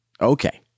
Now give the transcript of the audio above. Okay